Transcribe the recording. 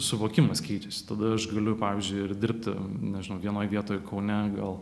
suvokimas keičiasi tada aš galiu pavyzdžiui ir dirbti nežinau vienoj vietoj kaune gal